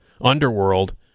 Underworld